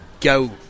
go